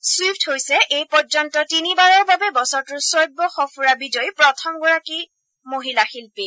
Swift হৈছে এই পৰ্যন্ত তিনিবাৰৰ বাবে বছৰটোৰ শ্ৰব্য সফুঁৰা বিজয়ী প্ৰথমগৰাকী মহিলা শিল্পী